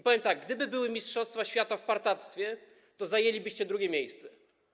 Powiem tak: Gdyby były mistrzostwa świata w partactwie, to zajęlibyście drugie miejsce.